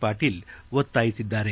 ಪಾಟೀಲ್ ಒತ್ತಾಯಿಸಿದ್ದಾರೆ